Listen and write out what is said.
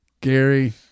Gary